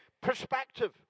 perspective